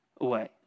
away